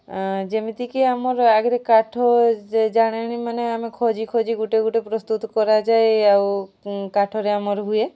ଯେମିତିକି ଆମର ଆଗରେ କାଠ ଜାଳେଣୀ ମାନେ ଆମେ ଖୋଜି ଖୋଜି ଗୋଟେ ଗୋଟେ ପ୍ରସ୍ତୁତ କରାଯାଏ ଆଉ କାଠରେ ଆମର ହୁଏ